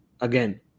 again